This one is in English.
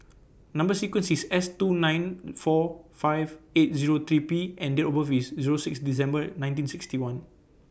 Number sequence IS S two nine four five eight Zero three P and Date of birth IS Zero six December nineteen sixty one